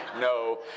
No